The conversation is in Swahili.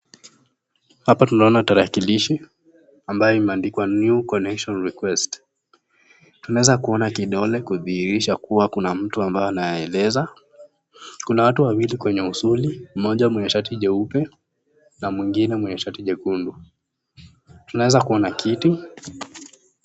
Hapa tunaona tarakilishi ambayo imeandikwa new connection request .Tunaweza kuona kidole kudhihirisha kuwa kuna mtu ambaye anayaeleza. Kuna watu wawili kwenye usuli, mmoja mwenye shati jeupe na mwingine mwenye shati jekundu. Tunaweza kuona kiti.